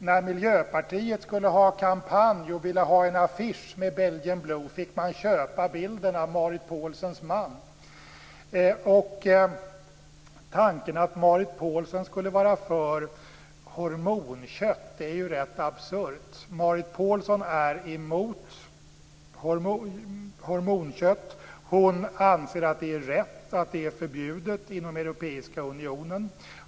När Miljöpartiet skulle ha kampanj och ville ha en affisch med Belgian blue fick man köpa bilden av Tanken att Marit Paulsen skulle vara för hormonkött är rätt absurt. Marit Paulsen är emot hormonkött. Hon anser att det är rätt att det är förbjudet inom den europeiska unionen.